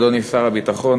אדוני שר הביטחון,